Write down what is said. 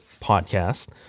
podcast